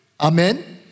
Amen